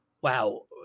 wow